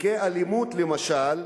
בתיקי אלימות, למשל,